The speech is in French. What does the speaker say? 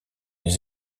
les